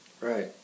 Right